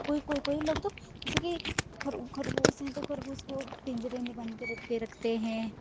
कोई कोई कोई लोग तो जैसे कि खरगोश हैं तो खरगोश को पिंजरे में बंद करके रखते हैं